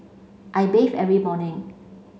I bathe every morning